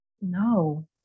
no